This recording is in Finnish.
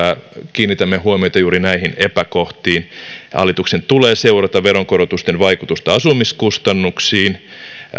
kiinnitämme huomiota juuri näihin epäkohtiin hallituksen tulee seurata veronkorotusten vaikutusta asumiskustannuksiin